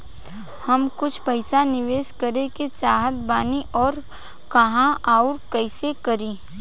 हम कुछ पइसा निवेश करे के चाहत बानी और कहाँअउर कइसे करी?